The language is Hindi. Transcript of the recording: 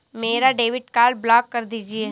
मेरा डेबिट कार्ड ब्लॉक कर दीजिए